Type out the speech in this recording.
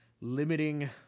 limiting